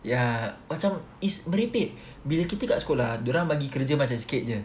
ya macam is merepek bila kita kat sekolah dorang bagi kerja masih sikit jer